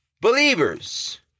Believers